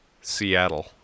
seattle